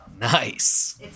Nice